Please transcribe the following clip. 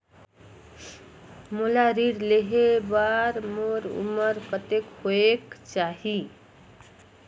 मोला ऋण लेहे बार मोर उमर कतेक होवेक चाही?